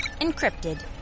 Encrypted